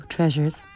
Treasures